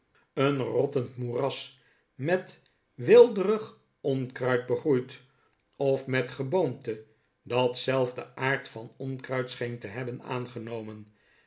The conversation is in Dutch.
een rottend moeras met weelderig onkruid begroeid of met geboomte dat zelf den aard van onkruid scheen te hebben aangenomen